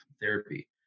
therapy